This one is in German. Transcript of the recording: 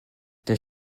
das